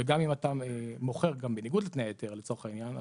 גם אם אתה מוכר גם בניגוד לתנאי ההיתר לצורך העניין,